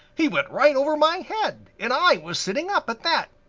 he went right over my head, and i was sitting up at that!